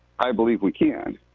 i believe we can.